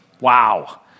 Wow